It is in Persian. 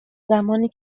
زمانی